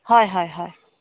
হয় হয় হয়